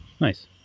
Nice